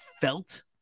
felt